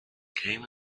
came